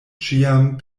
ĉiam